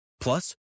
Plus